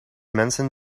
mensen